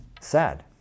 sad